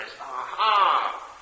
aha